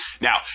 Now